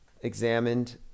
examined